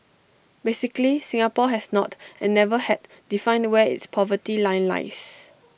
basically Singapore has not and never had defined where its poverty line lies